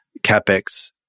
CapEx